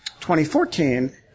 2014